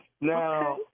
Now